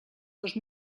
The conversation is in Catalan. dos